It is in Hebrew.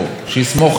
שיסמוך עליך.